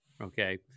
okay